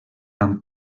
amb